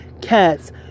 cats